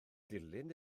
dilyn